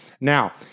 Now